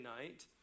night